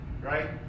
right